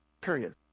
period